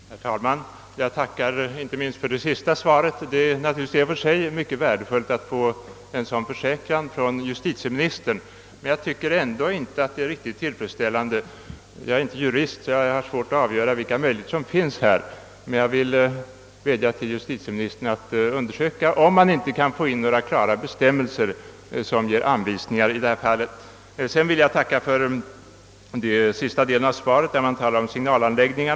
Herr talman! Jag tackar inte minst för justitieministerns senaste svar. Det är naturligtvis i för sig mycket värdefullt att få en sådan försäkran från justitieministern, men den är ändå inte riktigt tillfredställande. Jag är inte jurist och har svårt för att avgöra vilka möjligheter som här finns, men jag vill i alla fall vädja till justitieministern att undersöka om det inte går att åstadkomma några klara bestämmelser, som ger anvisning i fall som de påtalade. Jag vill sedan tacka för den sista de len av justitieministerns första svar där det talas om signalanläggningar.